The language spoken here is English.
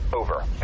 Over